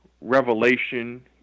revelation